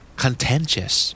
contentious